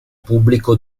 pubblico